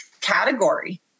category